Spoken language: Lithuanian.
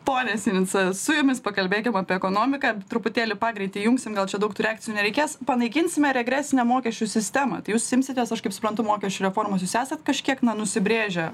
pone sinica su jumis pakalbėkim apie ekonomiką truputėlį pagreitį įjungsim gal čia daug tų reakcijų nereikės panaikinsime regresinę mokesčių sistemą tai jūs imsitės aš kaip suprantu mokesčių reformos jūs esat kažkiek na nusibrėžę